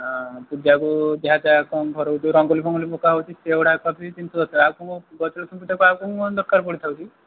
ହଁ ପୂଜାକୁ ଯାହା ଯାହା କ'ଣ ଘରକୁ ଯେଉଁ ରଙ୍ଗୋଲି ଫଙ୍ଗୋଲି ପକାହେଉଛି ସେଗୁଡ଼ାକ ବି ଜିନିଷ ଦରକାର ଆଉ ଗଜଲଷ୍ମୀ ପୂଜାକୁ ଆଉ କ'ଣ କ'ଣ ଦରକାର ପଡ଼ିଥାଉଛି କି